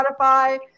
Spotify